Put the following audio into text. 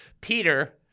Peter